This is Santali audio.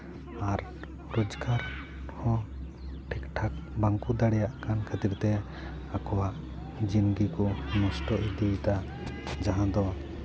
ᱟᱨ ᱨᱳᱡᱽᱜᱟᱨ ᱦᱚᱸ ᱴᱷᱤᱠ ᱴᱷᱟᱠ ᱵᱟᱝ ᱠᱚ ᱫᱟᱲᱮᱭᱟᱜ ᱠᱟᱱ ᱠᱷᱟᱹᱛᱤᱨ ᱛᱮ ᱟᱠᱚᱣᱟᱜ ᱡᱤᱣᱤ ᱜᱮᱠᱚ ᱱᱚᱥᱴᱚ ᱤᱫᱤᱭᱮᱫᱟ ᱡᱟᱦᱟᱸ ᱫᱚ